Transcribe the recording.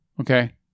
okay